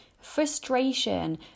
frustration